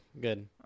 good